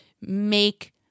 make